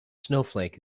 snowflake